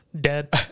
Dead